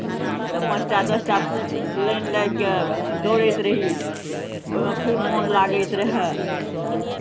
तऽ पाँच टा दस टा लाइन लागि कऽ दौड़ैत रही ओहिमे खूब मोन लागैत रहए